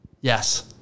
Yes